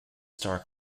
star